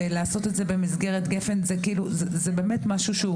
ולעשות את זה במסגרת גפ"ן זה באמת משהו שהוא